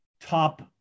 top